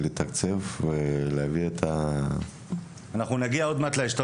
אנחנו נגיע להשתלמויות,